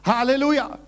Hallelujah